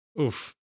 Oof